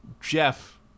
Jeff